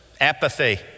apathy